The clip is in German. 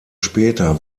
später